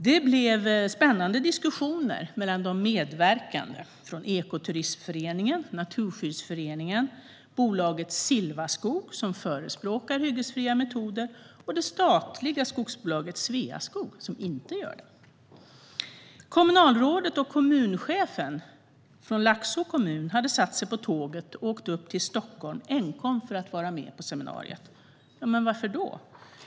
Det blev spännande diskussioner mellan de medverkande från Ekoturismföreningen, Naturskyddsföreningen, bolaget Silvaskog, som förespråkar hyggesfria metoder, och det statliga skogsbolaget Sveaskog, som inte gör det. Kommunalrådet och kommunchefen från Laxå kommun hade satt sig på tåget och åkt upp till Stockholm enkom för att vara med på seminariet. Varför det?